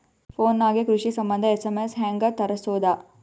Phone ನಾಗೆ ಕೃಷಿ ಸಂಬಂಧ ಎಸ್.ಎಮ್.ಎಸ್ ಹೆಂಗ ತರಸೊದ?